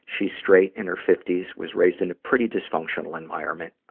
she's straight, in her fifty s, was raised in a pretty dysfunctional environment.